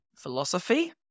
Philosophy